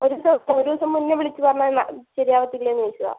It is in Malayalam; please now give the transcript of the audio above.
ഒരു ദിവസം ഒരു ദിവസം മുന്നേ വിളിച്ചു പറഞ്ഞാൽ ശരിയാവത്തില്ലെയെന്നു ചോദിച്ചതാണ്